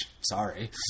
sorry